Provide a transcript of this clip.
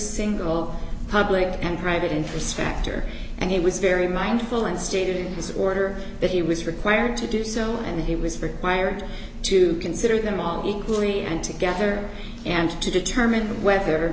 single public and private interests factor and he was very mindful and stated this order that he was required to do so and he was required to consider them all equally and together and to determine whether